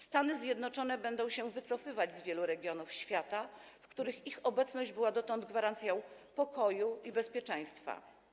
Stany Zjednoczone będą się wycofywać z wielu regionów świata, w których ich obecność była dotąd gwarancją pokoju i bezpieczeństwa.